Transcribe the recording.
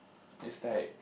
it's like